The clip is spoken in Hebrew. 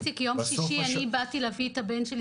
בשישי נסעתי להביא את הבן שלי,